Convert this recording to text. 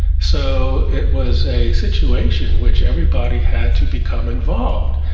so it was a situation in which everybody had to become involved.